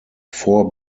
four